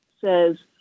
says